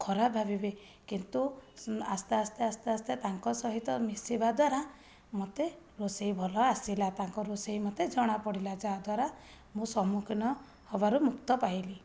ଖରାପ ଭାବିବେ କିନ୍ତୁ ଆସ୍ତେ ଆସ୍ତେ ଆସ୍ତେ ଆସ୍ତେ ତାଙ୍କ ସହିତ ମିଶିବା ଦ୍ୱାରା ମୋତେ ରୋଷେଇ ଭଲ ଆସିଲା ତାଙ୍କ ରୋଷେଇ ମୋତେ ଜଣାପଡ଼ିଲା ଯାହାଦ୍ୱାରା ମୁଁ ସମ୍ମୁଖୀନ ହେବାରୁ ମୁକ୍ତ ପାଇଲି